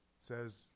says